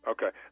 Okay